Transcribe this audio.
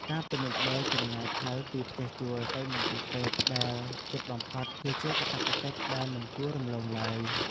ការពិនិត្យមើលចម្ងាយផ្លូវពីផ្ទះជួលទៅមន្ទីរពេទ្យដែលជិតបំផុតគឺជាកិច្ចការដែលមិនគួររំលងឡើយ។